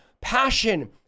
passion